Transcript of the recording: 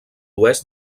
oest